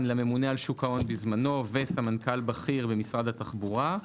הממונה על שוק ההון בזמנו וסמנכ"ל בכיר במשרד התחבורה.